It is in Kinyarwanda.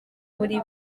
muri